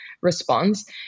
response